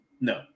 no